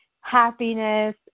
happiness